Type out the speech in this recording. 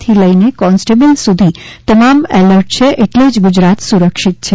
થી લઇ કોન્સ્ટેબલ સુધી તમામ એલર્ટ છે એટલે જ ગુજરાત સુરક્ષિત છે